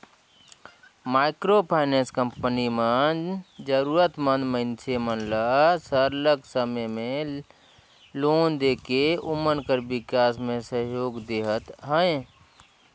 micro finance company मन जरूरत मंद मइनसे मन ल सरलग समे में लोन देके ओमन कर बिकास में सहयोग देहत अहे